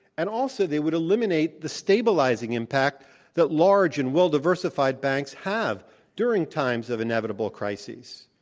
and also, they would eliminate the stabilizing impact that large and well diversified banks have during times of inevitable crises.